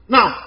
Now